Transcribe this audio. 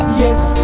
yes